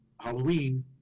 Halloween